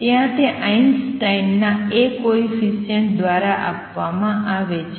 ત્યાં તે આઇન્સ્ટાઇન ના A કોએફિસિએંટ દ્વારા આપવામાં આવે છે